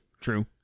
True